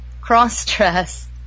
Cross-dress